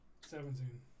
seventeen